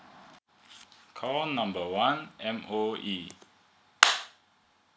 call number one M_O_E